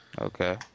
Okay